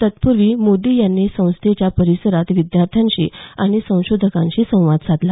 तत्पूर्वी मोदी यांनी संस्थेच्या परिसरात विद्यार्थ्यांशी आणि संशोधकांशी संवाद साधला